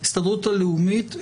ההסתדרות הלאומית,